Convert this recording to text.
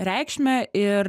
reikšmę ir